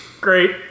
Great